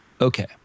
Okay